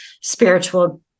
spiritual